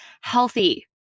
healthy